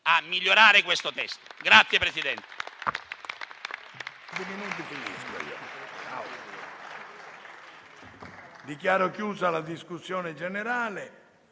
a migliorare questo testo.